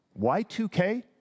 Y2K